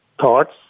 thoughts